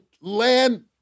land